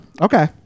Okay